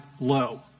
low